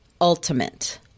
ultimate